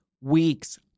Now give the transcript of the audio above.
weeks